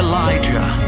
Elijah